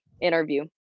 interview